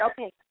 okay